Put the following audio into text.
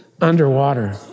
underwater